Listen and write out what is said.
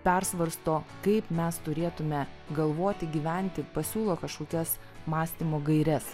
persvarsto kaip mes turėtume galvoti gyventi pasiūlo kažkokias mąstymo gaires